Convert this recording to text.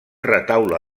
retaule